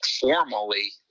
formally